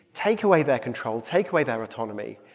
take away their control, take away their autonomy.